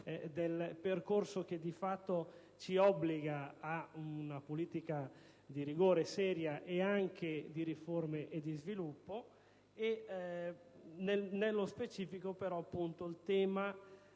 del percorso che di fatto ci obbliga a una politica di rigore seria e anche di riforme e di sviluppo e, nello specifico, il tema